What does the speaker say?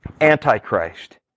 antichrist